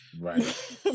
Right